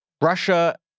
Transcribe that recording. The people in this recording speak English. Russia